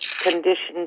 conditions